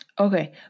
okay